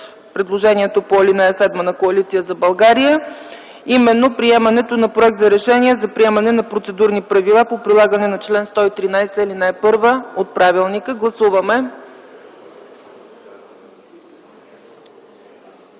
предложението по ал. 7 на Коалиция за България именно приемането на проект за Решение за приемане на процедурни правила по прилагане на чл. 113, ал. 1 от правилника. Гласували